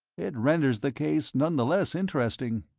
it renders the case none the less interesting.